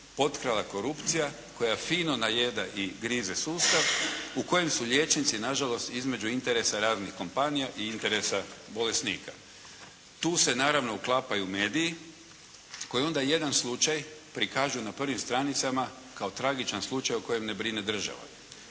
potkrala korupcija koja fino najeda i grize sustav u kojem su liječnici nažalost između interesa raznih kompanija i interesa bolesnika. Tu se, naravno uklapaju mediji koji onda jedan slučaj prikažu na prvim stranicama kao tragičan slučaj o kojem ne brine država.